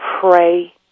pray